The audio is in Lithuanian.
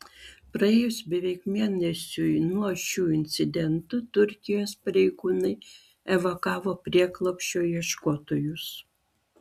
praėjus beveik mėnesiui nuo šių incidentų turkijos pareigūnai evakavo prieglobsčio ieškotojus